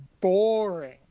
boring